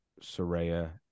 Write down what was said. Soraya